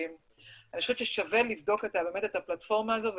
אני חושבת ששווה לבדוק את הפלטפורמה הזאת.